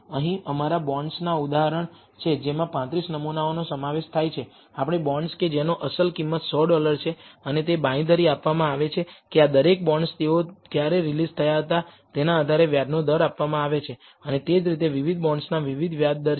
અહીં અમારા બોન્ડ્સના ઉદાહરણ છે જેમાં 35 નમૂનાઓનો સમાવેશ થાય છે આપણે બોન્ડ્સ કે જેનો અસલ કિંમત 100 ડોલર છે અને તે બાંયધરી આપવામાં આવે છે કે આ દરેક બોન્ડ્સ તેઓ ક્યારે રિલિઝ થયા હતા તેના આધારે વ્યાજનો દર આપવામાં આવે છે અને તે જ રીતે વિવિધ બોન્ડ્સના વિવિધ વ્યાજ દર છે